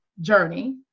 journey